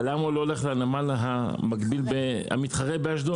אבל למה לא הולך לנמל המתחרה באשדוד?